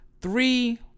Three